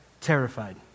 terrified